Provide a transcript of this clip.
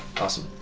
awesome